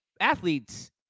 athletes